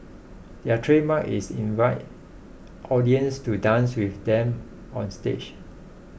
their trademark is invite audience to dance with them onstage